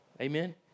Amen